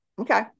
okay